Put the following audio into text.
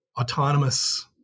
autonomous